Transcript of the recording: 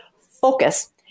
focus